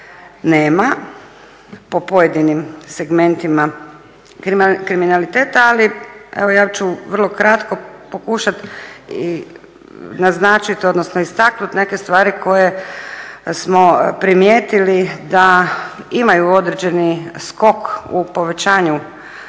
nema po pojedinim segmentima kriminaliteta, ali evo ja ću vrlo kratko pokušat naznačit, odnosno istaknut neke stvari koje smo primijetili da imaju određeni skok u povećanju